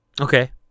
Okay